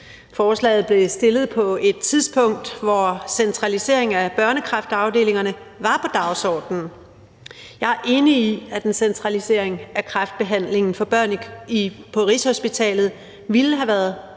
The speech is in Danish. Forslaget blev fremsat på et tidspunkt, hvor centraliseringen af kræftafdelingerne for børn var på dagsordenen. Jeg er enig i, at en centralisering af kræftbehandlingen for børn på Rigshospitalet ville have haft en